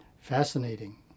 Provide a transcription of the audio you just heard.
fascinating